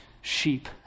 sheep